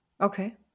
Okay